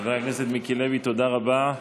חבר הכנסת מיקי לוי, תודה רבה.